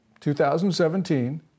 2017